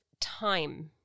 time